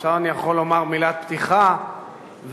עכשיו אני יכול לומר מילת פתיחה ואכן